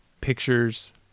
pictures